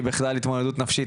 בכלל התמודדות נפשית,